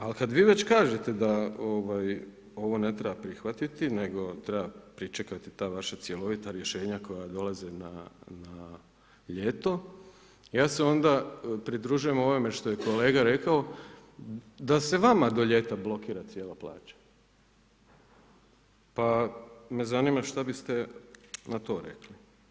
Ali kada vi već kažete da ovo ne treba prihvatiti nego treba pričekati ta vaša cjelovita rješenja koja dolaze na ljeto, ja se onda pridružujem ovome što je kolega rekao da se vama do ljeta blokira cijela plaća, pa me zanima šta biste na to rekli.